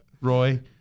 Roy